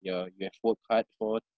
you you have worked hard for